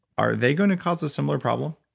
are they going to cause a similar problem?